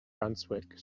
brunswick